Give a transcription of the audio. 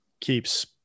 keeps